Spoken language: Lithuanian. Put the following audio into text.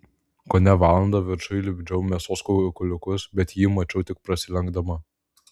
kone valandą viršuj lipdžiau mėsos kukulius bet jį mačiau tik prasilenkdama